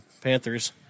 Panthers